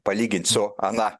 palyginsiu ana